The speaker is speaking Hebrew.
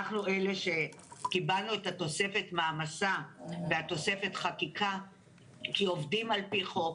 אנחנו אלה שקיבלנו את תוספת המעמסה ותוספת חקיקה כי עובדים על פי חוק,